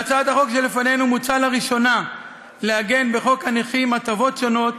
בהצעת החוק שלפנינו מוצע לראשונה לעגן בחוק הנכים הטבות שונות